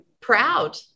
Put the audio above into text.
proud